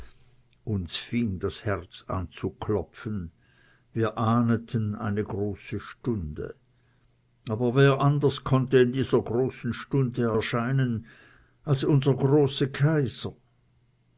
uns fing das herz an zu klopfen wir ahneten eine große stunde und wer anders konnte in dieser großen stunde erscheinen als unser großer kaiser